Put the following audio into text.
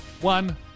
One